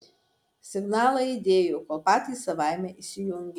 signalai aidėjo kol patys savaime išsijungė